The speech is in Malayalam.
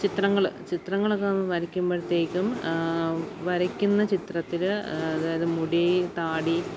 ചിത്രങ്ങള് ചിത്രങ്ങളൊക്കെ നമ്മള് വരക്കുമ്പഴ്ത്തേക്കും വരയ്ക്കുന്ന ചിത്രത്തില് അതായത് മുടി താടി